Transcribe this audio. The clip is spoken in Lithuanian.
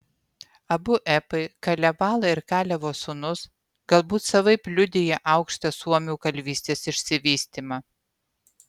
abu epai kalevala ir kalevo sūnus galbūt savaip liudija aukštą suomių kalvystės išsivystymą